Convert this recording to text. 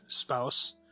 spouse